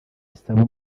zisaba